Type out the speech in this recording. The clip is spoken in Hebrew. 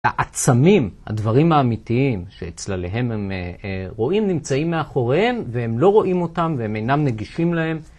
העצמים, הדברים האמיתיים שאת צלליהם הם רואים, נמצאים מאחוריהם והם לא רואים אותם והם אינם נגישים להם.